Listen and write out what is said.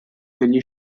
degli